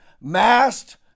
Masked